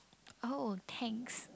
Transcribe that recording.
oh thanks